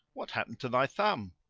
what happened to thy thumb?